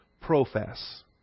profess